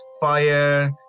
Fire